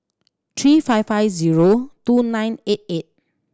three five five zero two nine eight eight